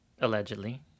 Allegedly